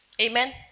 Amen